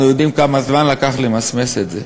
אנחנו יודעים כמה זמן לקח למסמס את זה,